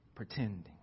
Pretending